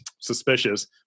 suspicious